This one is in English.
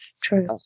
true